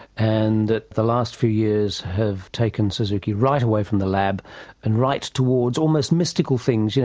and that the last few years have taken suzuki right away from the lab and right towards almost mystical things, you know,